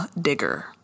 digger